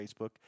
Facebook